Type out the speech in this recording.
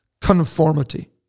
Conformity